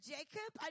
Jacob